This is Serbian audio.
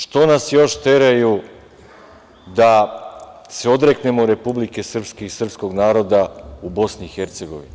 Što nas još teraju da se odreknemo Republike Srpske i srpskog naroda u Bosni i Hercegovini?